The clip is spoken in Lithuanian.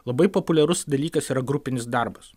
labai populiarus dalykas yra grupinis darbas